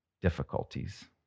difficulties